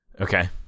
Okay